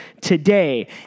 today